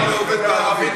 לא עובד בשפה.